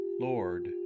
Lord